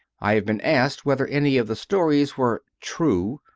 i have been asked whether any of the stories were true,